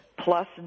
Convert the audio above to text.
Plus